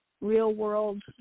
real-world